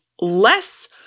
less